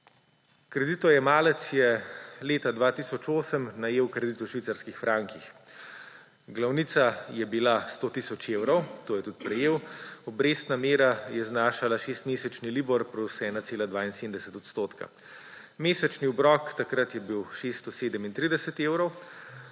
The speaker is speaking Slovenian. Kreditojemalec je leta 2008 najel kredit v švicarskih frankih. Glavnica je bila 100 tisoč evrov, to je tudi prejel, obrestna mera je znašala 6-mesečni libor plus 1,72 odstotka. Mesečni obrok takrat je bil 637 evrov,